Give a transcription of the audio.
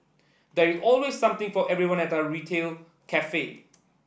there is always something for everyone at our retail cafe